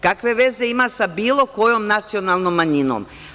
Kakve veze ima sa bilo kojom nacionalnom manjinom?